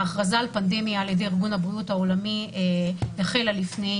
ההכרזה על פנדמיה ע"י ארגון הבריאות העולמי החלה לפני